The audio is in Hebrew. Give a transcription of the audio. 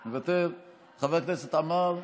מוותר, חבר הכנסת עמאר,